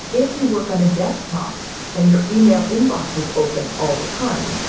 if you work on a desktop and your email inbox is open all the time,